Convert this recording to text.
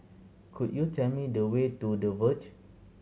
could you tell me the way to The Verge